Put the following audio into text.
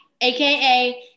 aka